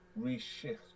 reshift